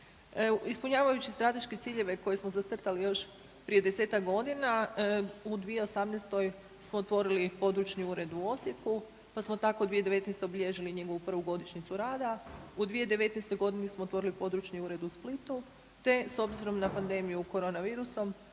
Ispunjavajući strateške ciljeve koje smo zacrtali još prije 10-tak godina u 2018. smo otvorili područni ured u Osijeku, pa smo tako 2019. obilježili njegovu prvu godišnjicu rada. U 2019. smo otvorili područni ured u Split te s obzirom na pandemiju korona virusom